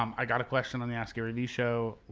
um i got a question on the askgaryvee show,